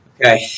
Okay